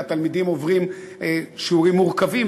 והתלמידים עוברים שיעורים מורכבים,